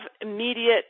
immediate